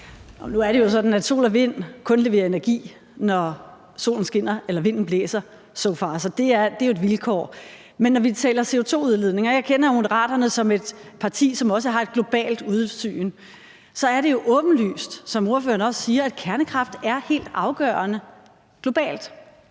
nu er det jo sådan, at sol og vind kun leverer energi, når solen skinner, eller vinden blæser, så det er jo et vilkår. Men jeg kender også Moderaterne som et parti, som har et globalt udsyn, og når vi taler CO2-udledning, er det jo, som ordføreren også siger, åbenlyst, at kernekraft er helt afgørende globalt,